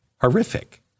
horrific